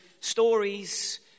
stories